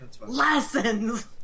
Lessons